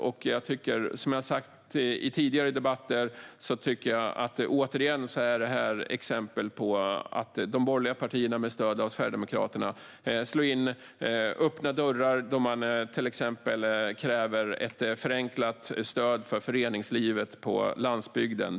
Som jag har sagt i tidigare debatter tycker jag att detta är exempel där de borgerliga partierna med stöd av Sverigedemokraterna slår in öppna dörrar. De kräver till exempel ett förenklat stöd till föreningslivet på landsbygden.